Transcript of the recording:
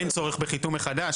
אין צורך בחיתום מחדש,